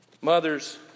Mothers